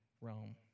Rome